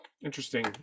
Interesting